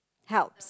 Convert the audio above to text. helps